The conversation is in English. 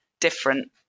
Different